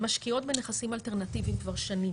משקיעות בנכסים אלטרנטיביים כבר שנים,